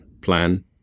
plan